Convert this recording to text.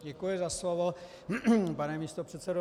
Děkuji za slovo, pane místopředsedo.